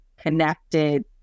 connected